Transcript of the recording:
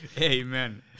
Amen